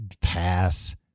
Pass